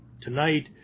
tonight